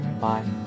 Bye